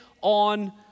on